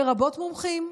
לרבות מומחים,